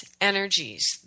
energies